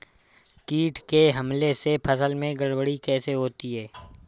कीट के हमले से फसल में गड़बड़ी कैसे होती है?